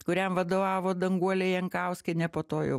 kuriam vadovavo danguolė jankauskienė po to jau